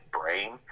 brain